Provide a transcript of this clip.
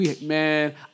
Man